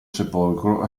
sepolcro